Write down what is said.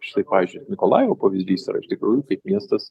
štai pavyzdžiui nikolajavo pavyzdys yra iš tikrųjų kaip miestas